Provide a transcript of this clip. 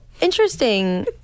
interesting